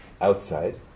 outside